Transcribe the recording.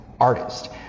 artist